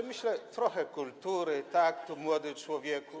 Myślę, trochę kultury, taktu, młody człowieku.